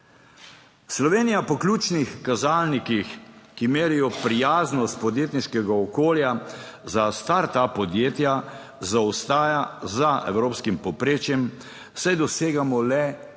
Slovenija po ključnih kazalnikih, ki merijo prijaznost podjetniškega okolja za start up podjetja, zaostaja za evropskim povprečjem, saj dosegamo le 24